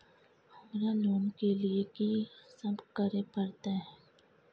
हमरा लोन के लिए की सब करे परतै?